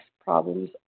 problems